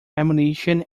ammunition